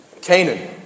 Canaan